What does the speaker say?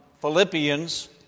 Philippians